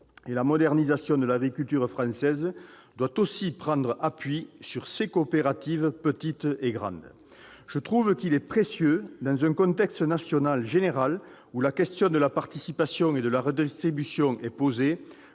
La modernisation de l'agriculture française doit aussi prendre appui sur ses coopératives, petites et grandes. Je trouve qu'il est précieux, dans un contexte national général où la question de la participation et de la redistribution est posée,